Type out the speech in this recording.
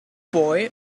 boy